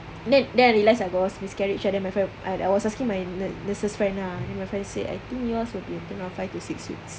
then then I realised I got miscarriage ah then my friend I was asking my nur~ nurses friend ah then my friend said I think yours will be around five to six weeks